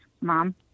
mom